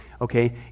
okay